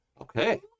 okay